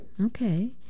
okay